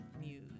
news